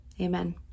Amen